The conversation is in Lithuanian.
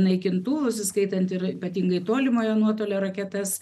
naikintuvus įskaitant ir ypatingai tolimojo nuotolio raketas